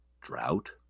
drought